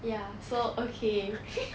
ya so okay